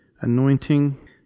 anointing